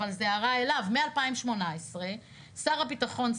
אבל זו הערה אליו מ-2018 שר הביטחון,